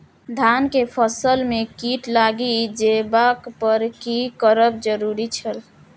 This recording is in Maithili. धान के फसल में कीट लागि जेबाक पर की करब जरुरी छल?